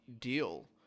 deal